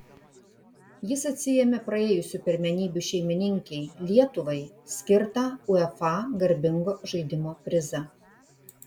jis atsiėmė praėjusių pirmenybių šeimininkei lietuvai skirtą uefa garbingo žaidimo prizą